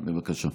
בבקשה.